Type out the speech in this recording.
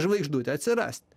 žvaigždutė atsirasti